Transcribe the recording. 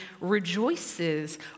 rejoices